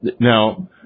Now